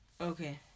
okay